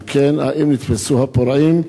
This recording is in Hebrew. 2. אם כן, האם נתפסו הפורעים?